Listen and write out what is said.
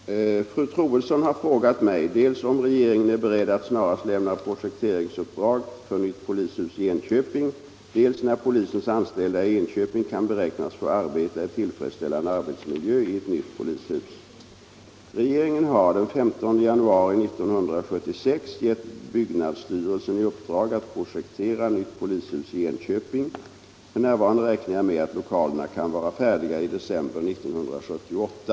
Herr talman! Fru Troedsson har frågat mig dels om regeringen är beredd att snarast lämna projekteringsuppdrag för nytt polishus i Enköping, dels när polisens anställda i Enköping kan beräknas få arbeta i tillfredsställande arbetsmiljö i ett nytt polishus. Regeringen har den 15 januari 1976 gett byggnadsstyrelsen i uppdrag att projektera nytt polishus i Enköping. F. n. räknar jag med att lokalerna kan vara färdiga i december 1978.